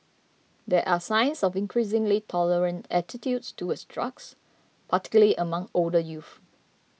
there are signs of increasingly tolerant attitudes towards drugs particularly among older youth